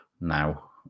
now